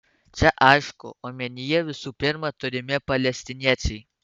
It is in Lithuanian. čia aišku omenyje visų pirma turimi palestiniečiai